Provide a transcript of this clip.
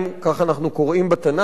כך אנחנו קוראים בתנ"ך,